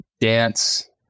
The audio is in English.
dance